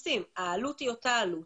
העלות היא אותה עלות